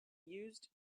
used